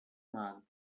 marked